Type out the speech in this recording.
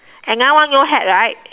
another one no hat right